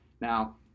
Now